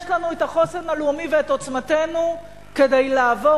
יש לנו החוסן הלאומי ועוצמתנו כדי לעבור